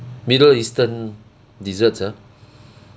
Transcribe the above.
middle eastern desserts ah